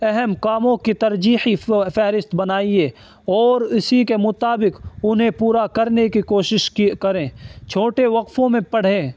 اہم کاموں کی ترجیحی فہرست بنائیے اور اسی کے مطابق انہیں پورا کرنے کی کوشش کریں چھوٹے وقفوں میں پڑھیں